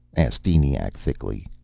asked eniac thickly.